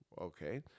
Okay